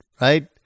right